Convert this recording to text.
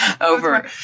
Over